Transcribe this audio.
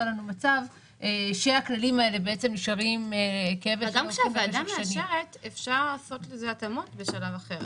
לנו מצב שהכללים האלה נשארים כאבן שאין לה הופכין במשך שנים.